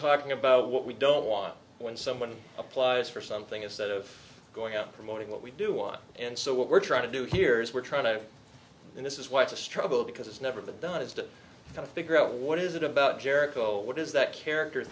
talking about what we don't want when someone applies for something instead of going out promoting what we do want and so what we're trying to do here is we're trying to and this is why it's a struggle because it's never been done is to kind of figure out what is it about jericho what is that character